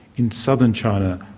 in southern china,